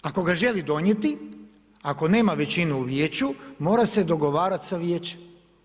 Ako ga želi donijeti, ako nema većinu u vijeću mora se dogovarati sa vijećem.